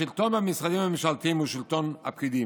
השלטון במשרדים הממשלתיים הוא שלטון הפקידים.